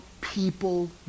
people